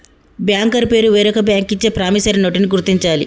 banker పేరు వేరొక bank ఇచ్చే ప్రామిసరీ నోటుని గుర్తించాలి